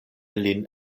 lin